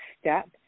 step